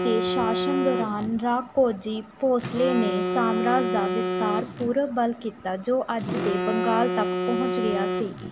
ਸ਼ਾਹੂ ਦੇ ਸ਼ਾਸਨ ਦੌਰਾਨ ਰਾਘੋਜੀ ਭੋਸਲੇ ਨੇ ਸਾਮਰਾਜ ਦਾ ਵਿਸਤਾਰ ਪੂਰਬ ਵੱਲ ਕੀਤਾ ਜੋ ਅੱਜ ਦੇ ਬੰਗਾਲ ਤੱਕ ਪਹੁੰਚ ਗਿਆ ਸੀ